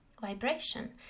vibration